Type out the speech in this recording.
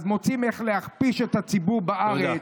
אז מוצאים איך להכפיש את הציבור בארץ.